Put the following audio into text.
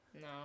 No